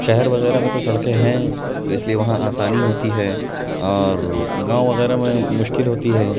شہر وغیرہ میں تو سڑکیں ہیں تو اس لیے وہاں آسانی ہوتی ہے اور گاؤں وغیرہ میں مشکل ہوتی ہے